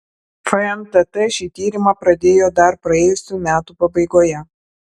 fntt šį tyrimą pradėjo dar praėjusių metų pabaigoje